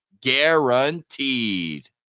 Guaranteed